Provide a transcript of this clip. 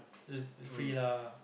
the free lah